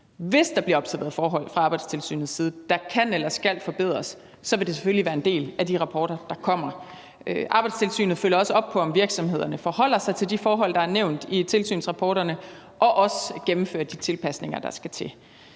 Hvis der bliver observeret forhold fra Arbejdstilsynets side, der kan eller skal forbedres, så vil det selvfølgelig være en del af de rapporter, der kommer. Arbejdstilsynet følger også op på, om virksomhederne forholder sig til de forhold, der er nævnt i tilsynsrapporterne, og også gennemfører de tilpasninger, der skal til.